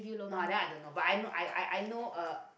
not that I don't know but I know I I I know uh